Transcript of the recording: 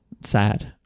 sad